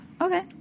Okay